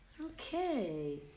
Okay